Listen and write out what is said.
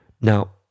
now